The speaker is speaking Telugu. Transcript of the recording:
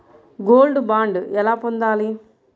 గోల్డ్ బాండ్ ఎలా పొందాలి?